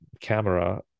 camera